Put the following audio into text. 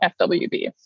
FWB